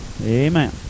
Amen